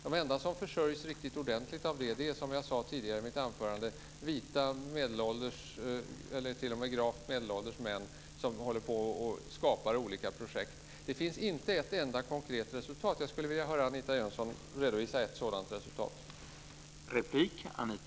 De enda som försörjs riktigt ordentligt av detta är, som jag sade tidigare i mitt anförande, vita medelålders och t.o.m. gravt medelålders män som sysslar med att skapa olika projekt. Det finns alltså inte ett enda konkret resultat men jag skulle önska att Anita Jönsson kunde redovisa ett sådant.